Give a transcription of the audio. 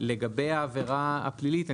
לגבי העבירה הפלילית,